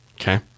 Okay